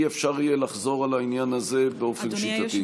אי-אפשר יהיה לחזור על העניין הזה באופן שיטתי.